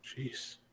Jeez